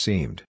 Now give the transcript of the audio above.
Seemed